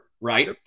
right